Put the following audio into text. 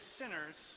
sinners